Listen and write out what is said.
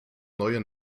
neue